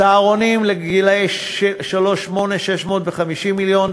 צהרונים לגילאי שלוש שמונה, 650 מיליון,